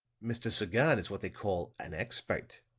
mr. sagon is what they call an expert.